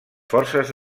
forces